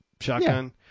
shotgun